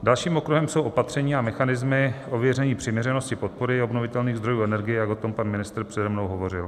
Dalším okruhem jsou opatření a mechanismy ověření přiměřenosti podpory obnovitelných zdrojů energie, jak o tom pan ministr přede mnou hovořil.